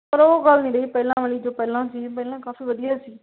ਪਰ ਉਹ ਗੱਲ ਨਹੀਂ ਰਹੀ ਪਹਿਲਾਂ ਵਾਲੀ ਜੋ ਪਹਿਲਾਂ ਸੀ ਪਹਿਲਾਂ ਕਾਫ਼ੀ ਵਧੀਆ ਸੀ